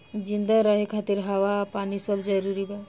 जिंदा रहे खातिर हवा आ पानी सब जरूरी बा